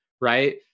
right